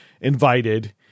invited